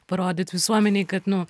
parodyt visuomenei kad nu